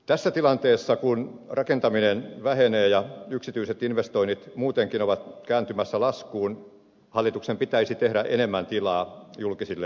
tässä tilanteessa kun rakentaminen vähenee ja yksityiset investoinnit muutenkin ovat kääntymässä laskuun hallituksen pitäisi tehdä enemmän tilaa julkisille investoinneille